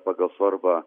pagal svarbą